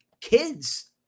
kids